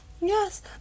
Yes